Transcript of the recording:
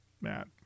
Matt